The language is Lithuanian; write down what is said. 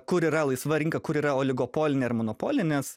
kur yra laisva rinka kur yra oligopolinė ar monopolinės